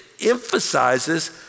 emphasizes